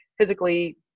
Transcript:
physically